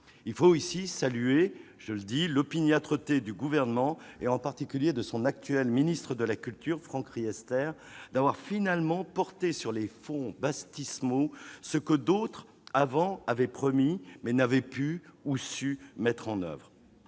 Il faut saluer ici l'opiniâtreté du Gouvernement, en particulier de l'actuel ministre de la culture, Franck Riester, qui a finalement porté sur les fonts baptismaux ce que d'autres, avant, avaient promis, mais n'avaient pu ou su mettre en oeuvre